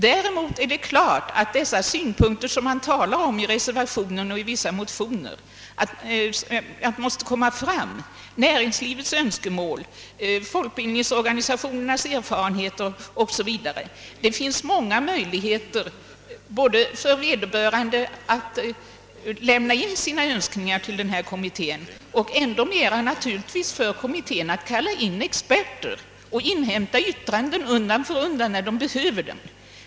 I reservationen och i vissa motioner talar man om att man måste beakta näringslivets önskemål, folkbildningsorganisationernas erfarenheter o. s. v. Det finns många möjligheter för vederbörande att framlägga sina önskemål för denna kommitté och naturligtvis ännu större möjligheter för kommittén att kalla in experter och inhämta yttranden undan för undan, när kommittén behöver dem.